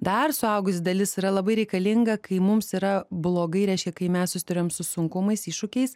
dar suaugusi dalis yra labai reikalinga kai mums yra blogai reiškia kai mes susiduriam su sunkumais iššūkiais